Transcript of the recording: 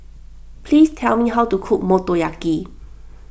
please tell me how to cook Motoyaki